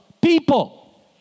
people